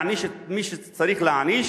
להעניש את מי שצריך להעניש,